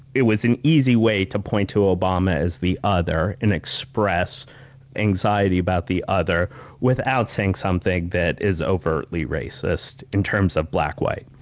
it was an easy way to point to obama as the other and express anxiety about the other without saying something that is overtly racist in terms of black-white.